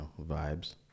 vibes